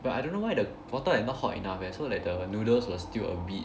but I don't know why the water like not hot enough eh so like the noodles were still a bit